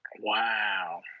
Wow